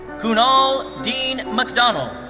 kunal dean mcdonald.